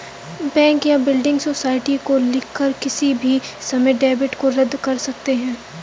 bank या building society को लिखकर किसी भी समय डेबिट को रद्द कर सकते हैं